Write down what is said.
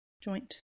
joint